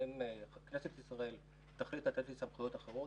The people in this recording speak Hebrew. אם כנסת ישראל תחליט לתת לי תחליט לתת לי סמכויות אחרות,